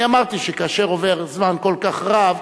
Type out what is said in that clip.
ואני אמרתי שכאשר עובר זמן רב